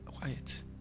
quiet